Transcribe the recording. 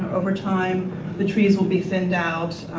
over time the trees will be thinned out,